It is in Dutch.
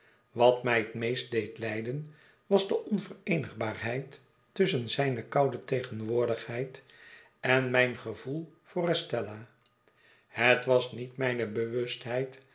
wat mij het meest deed iyden was de onvereenigbaarheid tusschen zijne koude tegenwoordigheid en mijn gevoel voor estella het was niet mijne